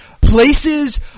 places